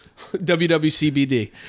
WWCBD